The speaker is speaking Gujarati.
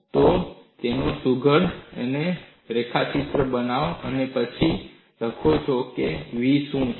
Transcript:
તો તેનો સુઘડ રેખાચિત્ર બનાવો અને પછી લખો કે v શું છે